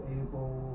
able